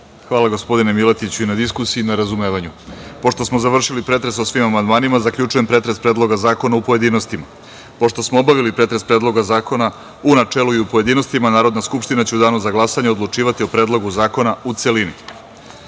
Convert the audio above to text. Hvala, gospodine Miletiću, i na diskusiji i na razumevanju. Pošto smo završili pretres o svim amandmanima, zaključujem pretres Predloga zakona u pojedinostima. Pošto smo obavili pretres Predloga zakona u načelu i u pojedinostima, Narodna skupština će u danu za glasanje odlučivati o Predlogu zakona u